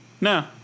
No